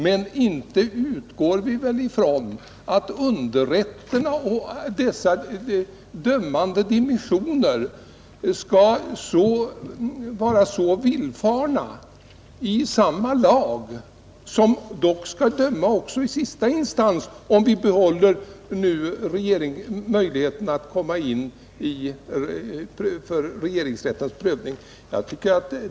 Men inte utgår väl vi ifrån att underrätterna och deras dömande avdelningar skall vara villfarna i fråga om samma lag som dock skall tillämpas också i sista instans om vi behåller möjligheterna för regeringsrättens prövning.